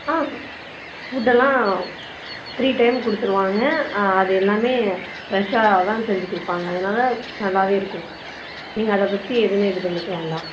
ஆ food எல்லாம் three time கொடுத்துருவாங்க அது எல்லாமே பிரெஷ்ஷாக தான் செஞ்சு கொடுப்பாங்க அதனால நல்லவே இருக்கும் நீங்கள் அதை பற்றி எதுவுமே இது பண்ணிக்க வேண்டாம்